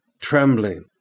trembling